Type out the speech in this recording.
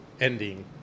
ending